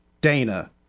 Dana